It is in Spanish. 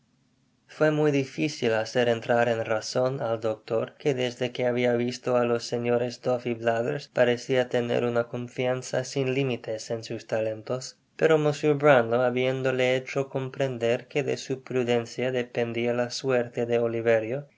fué muy dificil hacer entrar en razon al doctor que desde que habia visto á los señores duff y blathers parecia tener una confianza sin limites en sus talentos pero mr brownlow habién content from google book search generated at dole hecho comprender que de su prudencia dependia la suerte de oliverio